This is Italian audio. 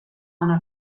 una